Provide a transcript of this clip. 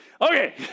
Okay